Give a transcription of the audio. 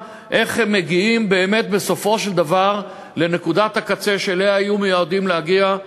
איך הם מגיעים באמת בסופו של דבר לנקודת הקצה שאליה היו מיועדים להגיע,